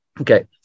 okay